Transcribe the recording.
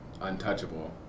Untouchable